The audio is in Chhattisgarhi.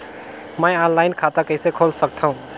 मैं ऑनलाइन खाता कइसे खोल सकथव?